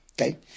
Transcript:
Okay